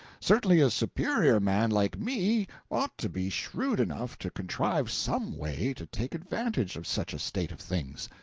certainly a superior man like me ought to be shrewd enough to contrive some way to take advantage of such a state of things.